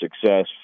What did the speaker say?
success